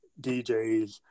DJs